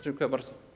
Dziękuję bardzo.